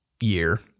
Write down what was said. year